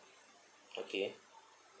okay